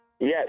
Yes